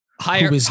Higher